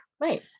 Right